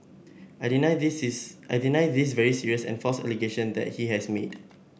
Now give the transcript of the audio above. I deny this is I deny this very serious and false allegation that he has made